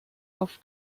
auf